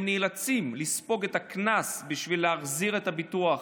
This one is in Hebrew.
הם נאלצים לספוג את הקנס, בשביל להחזיר את ביטוח